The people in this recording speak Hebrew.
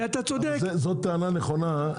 זו טענה נכונה.